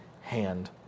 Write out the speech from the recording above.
hand